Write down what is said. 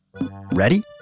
Ready